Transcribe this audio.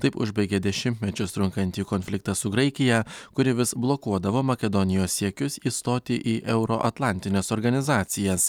taip užbaigė dešimtmečius trunkantį konfliktą su graikija kuri vis blokuodavo makedonijos siekius įstoti į euroatlantines organizacijas